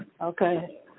Okay